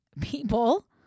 people